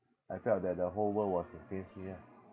I felt that the whole world was against me ah